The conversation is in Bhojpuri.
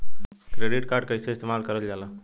क्रेडिट कार्ड कईसे इस्तेमाल करल जाला?